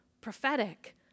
prophetic